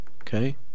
okay